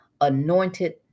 anointed